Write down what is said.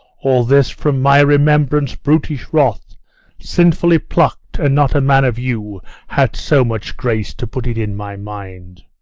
all this from my remembrance brutish wrath sinfully pluck'd, and not a man of you had so much grace to put it in my mind.